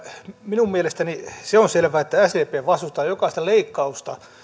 minun mielestäni se on selvää että sdp vastustaa jokaista leikkausta